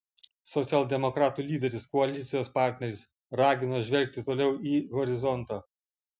socialdemokratų lyderis koalicijos partnerius ragino žvelgti toliau į horizontą